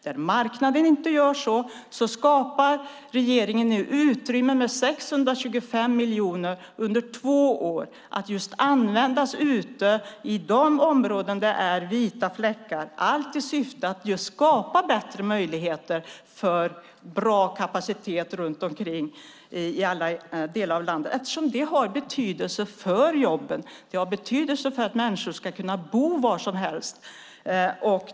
Där marknaden inte gör det skapar regeringen nu ett utrymme genom 625 miljoner kronor under två år för att användas i områden med vita fläckar - allt i syfte att just skapa bättre möjligheter att ha en god kapacitet runt om i landet. Detta har betydelse för jobben och för att människor ska kunna bo var som helst.